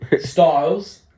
Styles